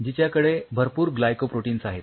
जिच्याकडे भरपूर ग्लायकोप्रोटीन्स आहेत